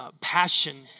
passion